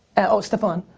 and oh staphon.